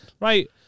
Right